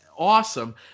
awesome